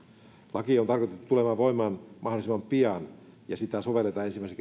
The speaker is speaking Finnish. laki on tarkoitettu tulemaan voimaan mahdollisimman pian ja sitä sovelletaan ensimmäisen